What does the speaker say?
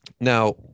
Now